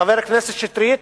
חבר הכנסת שטרית,